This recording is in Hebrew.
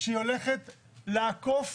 שהולכת לעקוף